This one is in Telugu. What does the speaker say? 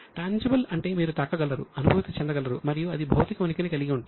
టాన్జిబుల్ అంటే మీరు తాకగలరు అనుభూతి చెందగలరు మరియు అది భౌతిక ఉనికిని కలిగి ఉంటుంది